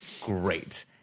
great